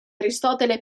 aristotele